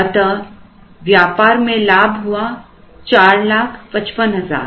अतः व्यापार में लाभ हुआ 455000